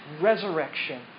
resurrection